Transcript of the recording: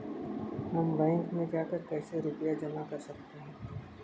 हम बैंक में जाकर कैसे रुपया जमा कर सकते हैं?